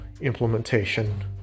implementation